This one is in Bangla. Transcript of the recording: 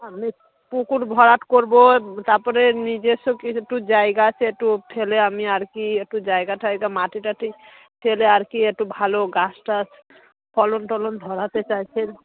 আমি পুকুর ভরাট করবো তারপরে নিজস্ব কিছু একটু জায়গা আছে একটু ঠেলে আমি আর কি একটু জায়গা টায়গা মাটি টাটি ঢেলে আর কি একটু ভালো গাছ টাছ ফলন টলন ধরাতে চাইছি